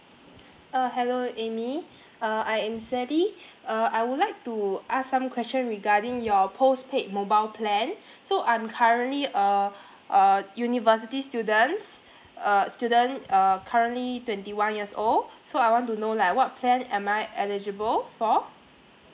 uh hello amy uh I am sally uh I would like to ask some question regarding your postpaid mobile plan so I'm currently uh uh university students uh student uh currently twenty one years old so I want to know like what plan am I eligible for